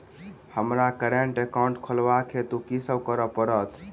हमरा current account खोलेवाक हेतु की सब करऽ पड़त?